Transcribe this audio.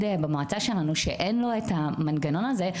במועצה שלנו שאין בו את המנגנון הזה,